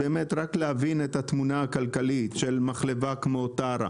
רק להבין את התמונה הכלכלית של מחלבה כמו טרה,